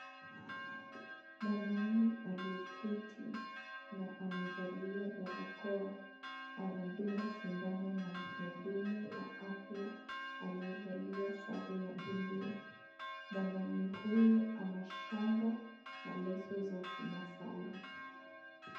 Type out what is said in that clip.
Mwanaume aliyeketi na amevalia barakoa anadungwa sindano na mhudumu wa afya aliyevalia sare ya buluu. Mwanaume huyu ana shanga na leso za kimasai.